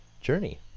journey